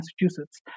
Massachusetts